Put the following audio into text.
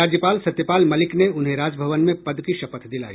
राज्यपाल सत्यपाल मलिक ने उन्हें राजभवन में पद की शपथ दिलाई